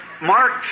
Mark